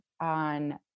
on